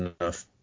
enough